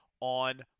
on